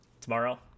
tomorrow